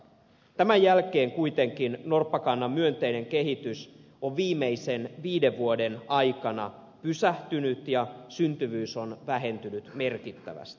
tämän jälkeen kuitenkin norppakannan myönteinen kehitys on viimeisen viiden vuoden aikana pysähtynyt ja syntyvyys on vähentynyt merkittävästi